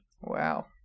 Wow